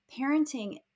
parenting